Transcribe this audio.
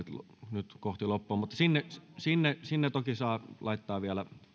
nyt loppua kohti mutta sinne sinne toki saa laittaa vielä